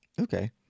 Okay